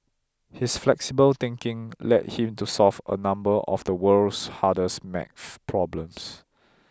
his flexible thinking led him to solve a number of the world's hardest math problems